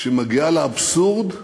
שמגיעה לאבסורד,